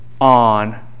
on